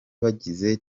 bagize